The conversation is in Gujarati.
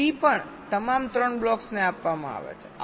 બી પણ તમામ 3 બ્લોક્સને આપવામાં આવે છે